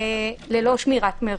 ללא שמירת מרחק.